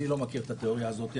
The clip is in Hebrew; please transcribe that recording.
אני לא מכיר את התאוריה הזאתי,